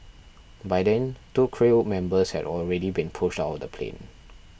by then two crew members had already been pushed out of the plane